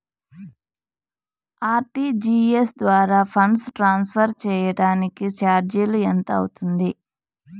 RTGS ద్వారా funds transfer సేయడానికి చార్జీలు ఎంత అవుతుంది